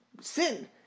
sin